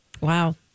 Wow